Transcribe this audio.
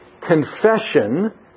confession